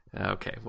Okay